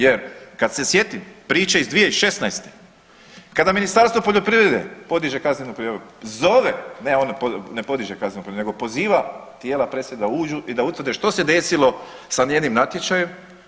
Jer kad se sjetim priče iz 2016. kada Ministarstvo poljoprivrede podiže kaznenu prijavu, zove, ne on podiže kaznenu prijavu nego poziva tijela prije sve da uđu i da utvrde što se desilo sa njenim natječajem.